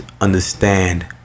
understand